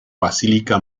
basílica